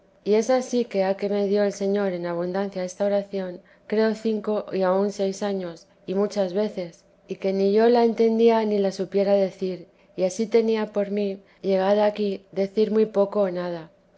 y es ansí que ha que me dio el señor en abundancia esta oración creo cinco y aun seis años y muchas veces y que ni yo la entendía ni la supiera decir y ansí tenía por mí llegada aquí decir muy poco o nada